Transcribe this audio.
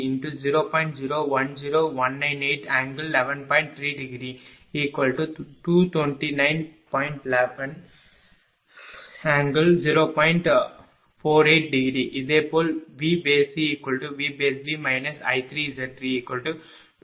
இதேபோல் VCVB I3Z3225